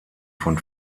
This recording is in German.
von